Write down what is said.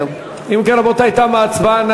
אם כן, רבותי, תמה ההצבעה.